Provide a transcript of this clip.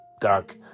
duck